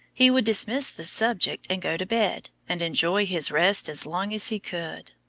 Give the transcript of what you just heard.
he would dismiss the subject and go to bed, and enjoy his rest as long as he could.